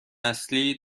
نسلی